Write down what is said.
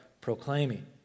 proclaiming